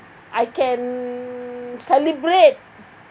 I can celebrate